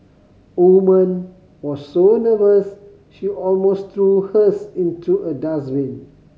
woman was so nervous she almost threw hers into a dustbin